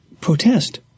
protest